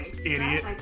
Idiot